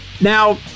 Now